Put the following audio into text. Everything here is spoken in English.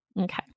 Okay